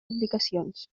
aplicacions